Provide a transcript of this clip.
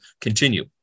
continue